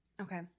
Okay